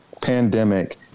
pandemic